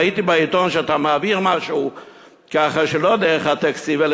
ראיתי בעיתון שאתה מעביר משהו כך שלא דרך הטקסטים האלה